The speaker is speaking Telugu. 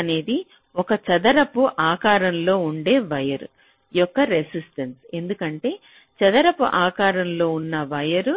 R⧠ అనేది ఒక చదరపు ఆకారంలో ఉండే వైర్ యొక్క రెసిస్టెన్స ఎందుకంటే చదరపు ఆకారంలో ఉన్న వైర్